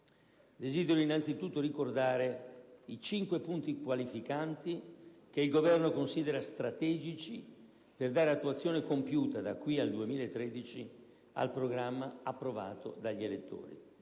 Desidero innanzitutto ricordare i cinque punti qualificanti che il Governo considera strategici per dare attuazione compiuta, da qui al 2013, al programma approvato dagli elettori: